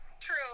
true